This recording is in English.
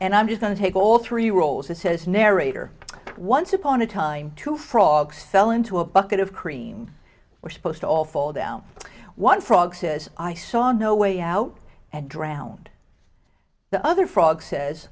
and i'm just going to take all three rolls it says narrator once upon a time to frog fell into a bucket of cream were supposed to all fall down one frog says i saw no way out and drowned the other frog says